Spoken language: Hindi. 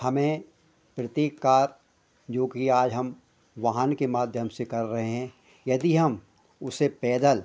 हमें प्रत्येक कार्य जोकि आज हम वाहन के माध्यम से कर रहे हैं यदि हम उसे पैदल